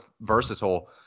versatile –